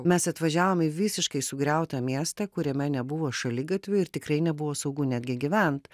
mes atvažiavom į visiškai sugriautą miestą kuriame nebuvo šaligatvių ir tikrai nebuvo saugu netgi gyvent